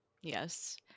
yes